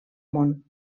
món